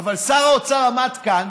אבל שר האוצר עמד כאן